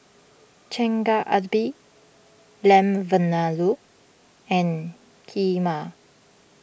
Chigenadbe Lamb Vindaloo and Kheema